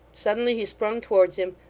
suddenly he sprung towards him,